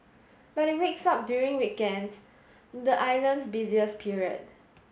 but it wakes up during weekends the island's busiest period